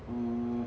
mm